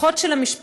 הכוחות של המשפחות